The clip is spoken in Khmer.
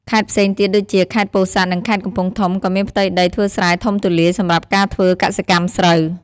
ខេត្តផ្សេងទៀតដូចជា ខេត្តពោធិ៍សាត់ និងខេត្តកំពង់ធំ ក៏មានផ្ទៃដីធ្វើស្រែធំទូលាយសម្រាប់ការធ្វើកសិកម្មស្រូវ។